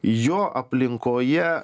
jo aplinkoje